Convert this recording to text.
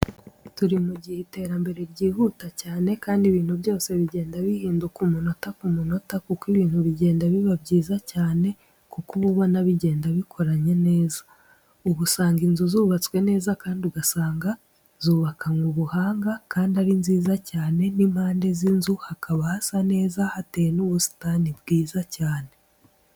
Turi mu gihe iterambere ryihuta cyane kandi ibintu byose bigenda bihinduka umunota ku munota kuko ibintu bigenda biba byiza cyane kuko uba ubona bigenda bikoranye neza. Uba usanga inzu zubatswe neza kandi ugasanga zubakanwe ubuhanga kandi ari nziza cyane, n'impande z'inzu hakaba hasa neza hateye n'ubusitani bwiza cyane.